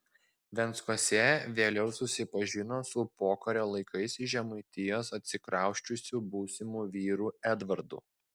venckuose vėliau susipažino su pokario laikais iš žemaitijos atsikrausčiusiu būsimu vyru edvardu